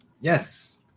Yes